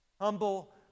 Humble